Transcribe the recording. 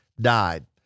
died